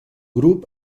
grup